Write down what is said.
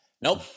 Nope